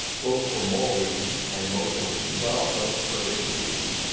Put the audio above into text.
both for moral reasons and emotional reasons, but also for efficiency reasons.